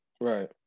Right